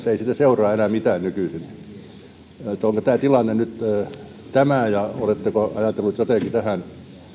ei seuraa enää mitään nykyisin onko tilanne nyt tämä ja oletteko ajatelleet hallituksessa jotenkin tähän